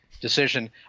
decision